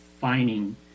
finding